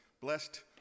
blessed